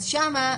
אז שם,